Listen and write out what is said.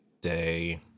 Day